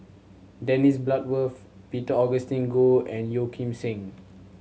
Dennis Bloodworth Peter Augustine Goh and Yeo Kim Seng